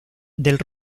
del